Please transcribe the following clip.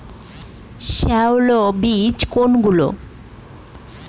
সস্যল বীজ কোনগুলো?